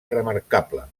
remarcable